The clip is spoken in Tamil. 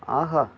ஆஹா